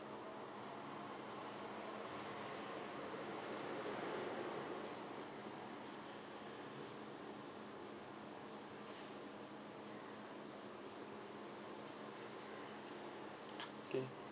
okay